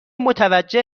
متوجه